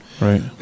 Right